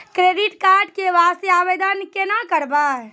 Credit card के वास्ते आवेदन केना करबै?